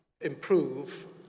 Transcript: improve